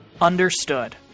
understood